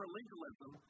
legalism